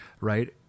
right